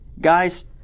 Guys